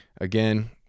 again